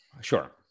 Sure